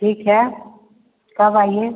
ठीक है कब आइए